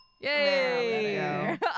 Yay